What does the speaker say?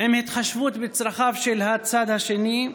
עם התחשבות בצרכיו של הצד השני.